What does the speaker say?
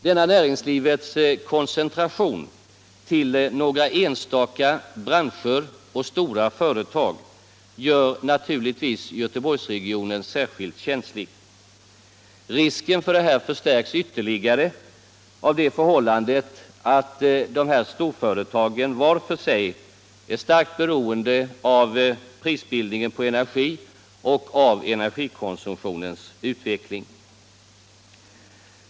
Denna näringslivets koncentration till några enstaka branscher och stora företag gör naturligtvis Göteborgsregionen särskilt känslig. Risken för detta förstärks ytterligare av det förhållandet att dessa storföretag var för sig är starkt beroende av prisstegringen på energi och energikonsumtionens utveckling.